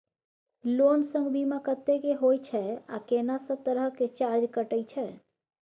Loan संग बीमा कत्ते के होय छै आ केना सब तरह के चार्ज कटै छै?